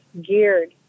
geared